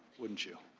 wouldn't you?